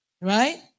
Right